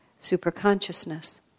superconsciousness